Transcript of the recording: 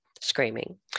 screaming